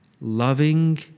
loving